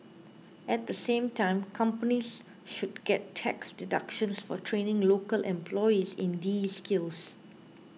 at the same time companies should get tax deductions for training local employees in these skills